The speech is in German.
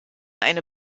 eine